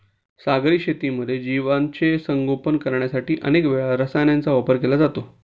सागरी शेतीमध्ये जीवांचे संगोपन करण्यासाठी अनेक वेळा रसायनांचा वापर केला जातो